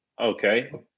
Okay